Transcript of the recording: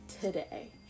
today